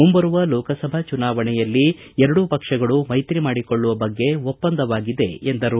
ಮುಂಬರುವ ಲೋಕಸಭಾ ಚುನಾವಣೆಯಲ್ಲಿ ಎರಡೂ ಪಕ್ಷಗಳು ಮೈತ್ರಿ ಮಾಡಿಕೊಳ್ಳುವ ಬಗ್ಗೆ ಒಪ್ಪಂದವಾಗಿದೆ ಎಂದರು